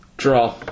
Draw